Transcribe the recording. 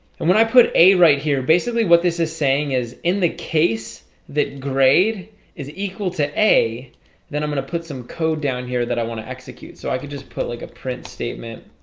and when i put a right here, basically what this is saying is the case that grade is equal to a then i'm gonna put some code down here that i want to execute so i could just put like a print statement